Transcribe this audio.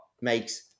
makes